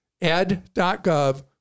ed.gov